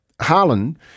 Harlan